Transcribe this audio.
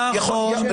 נכון.